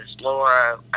Laura